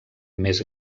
més